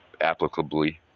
applicably